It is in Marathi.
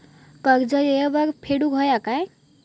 कर्ज येळेवर फेडूक होया काय?